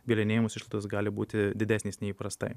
bylinėjimosi išlaidos gali būti didesnės nei įprastai